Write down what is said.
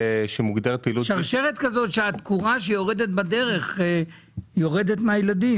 שרשרת כזאת שהתקורה שיורדת בדרך יורדת מהילדים.